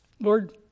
Lord